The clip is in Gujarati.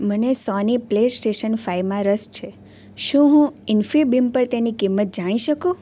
મને સોની પ્લેસ્ટેશન ફાઈવમાં રસ છે શું હું ઇન્ફીબીમ પર તેની કિંમત જાણી શકું